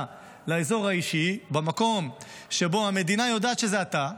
לאזור האישי במקום שבו המדינה יודעת שזה אתה,